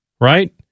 Right